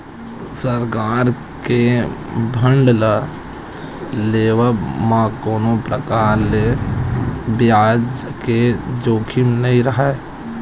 सरकार के बांड ल लेवब म कोनो परकार ले बियाज के जोखिम नइ राहय